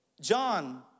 John